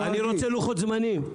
אני רוצה לוחות זמנים.